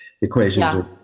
equations